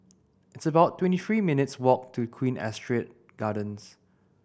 it's about twenty three minutes' walk to Queen Astrid Gardens